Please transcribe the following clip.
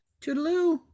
Toodaloo